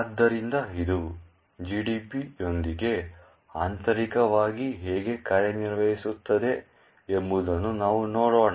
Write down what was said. ಆದ್ದರಿಂದ ಇದು GDB ಯೊಂದಿಗೆ ಆಂತರಿಕವಾಗಿ ಹೇಗೆ ಕಾರ್ಯನಿರ್ವಹಿಸುತ್ತಿದೆ ಎಂಬುದನ್ನು ನಾವು ನೋಡೋಣ